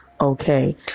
Okay